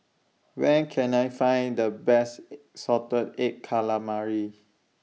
Where Can I Find The Best Salted Egg Calamari